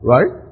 Right